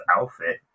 outfit